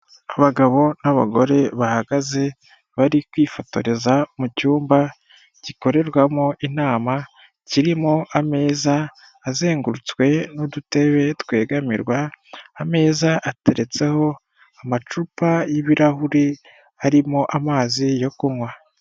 Abagabo n'abagore bahagaze bari kwifotoreza mu cyumba gikorerwamo inama, kirimo ameza azengurutswe n'udutebe twegamirwa, ameza ateretseho amacupa y'ibirahure arimo amazi yo kunywa.